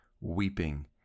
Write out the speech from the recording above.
weeping